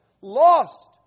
lost